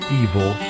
evil